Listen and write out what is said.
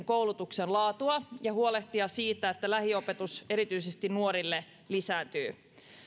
koulutuksen laatua ja huolehtia siitä että lähiopetus erityisesti nuorille lisääntyy